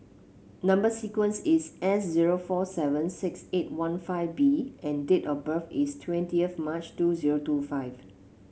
number sequence is S zero four seven six eight one five B and date of birth is twentieth March two zero two five